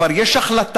כבר יש החלטה,